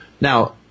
Now